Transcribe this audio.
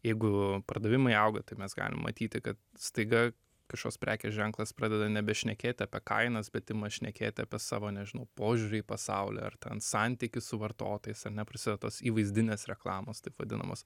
jeigu pardavimai auga tai mes galim matyti kad staiga kažkoks prekės ženklas pradeda nebešnekėti apie kainas bet ima šnekėti apie savo nežinau požiūrį į pasaulį ar ten santykį su vartotojais ar ne prasideda tos įvaizdinės reklamos taip vadinamos